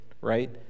right